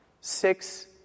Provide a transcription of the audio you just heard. Six